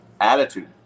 attitude